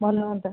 ଭଲ ହୁଅନ୍ତା